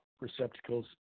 receptacles